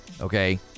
Okay